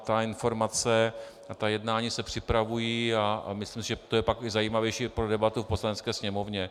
Ta informace a ta jednání se připravují, a myslím si, že to je pak i zajímavější pro debatu v Poslanecké sněmovně.